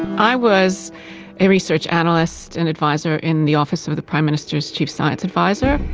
i was a research analyst and advisor in the office of the prime minister's chief science advisor.